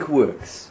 works